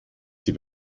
sie